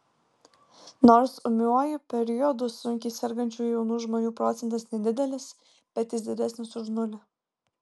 nors ūmiuoju periodu sunkiai sergančių jaunų žmonių procentas nedidelis bet jis didesnis už nulį